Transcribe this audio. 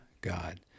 God